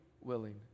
willing